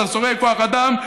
סרסורי כוח אדם,